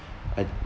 I'd